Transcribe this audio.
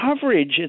coverage